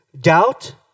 Doubt